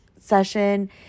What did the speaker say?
session